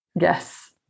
Yes